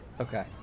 Okay